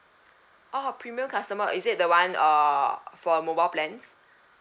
oh premium customer is it the one err for mobile plans